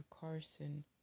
Carson